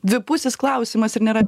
dvipusis klausimas ir nėra